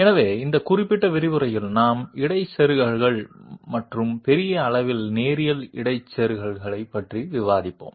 எனவே இந்த குறிப்பிட்ட விரிவுரையில் நாம் இடைச்செருகல்கள் மற்றும் பெரிய அளவில் நேரியல் இடைச்செருகல்களைப் பற்றி விவாதிப்போம்